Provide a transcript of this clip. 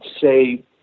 say